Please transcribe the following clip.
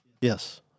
Yes